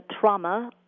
trauma